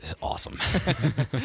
awesome